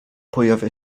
pojawia